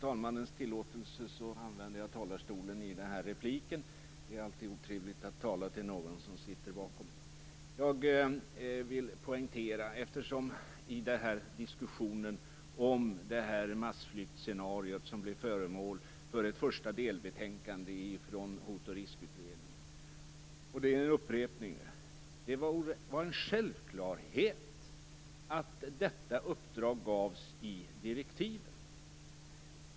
Fru talman! Vad gäller diskussionen om det massflyktsscenario som blev föremål för ett första delbetänkande från Hot och riskutredningen vill jag poängtera - och detta är något jag upprepar - att det är en självklarhet att detta uppdrag gavs i direktiven.